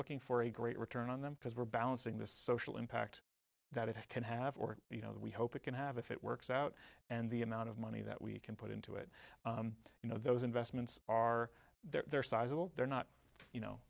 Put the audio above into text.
looking for a great return on them because we're balancing the social impact that it can have or you know that we hope it can have if it works out and the amount of money that we can put into it you know those investments are there sizable they're not you know